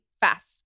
fast